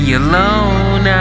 alone